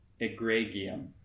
egregium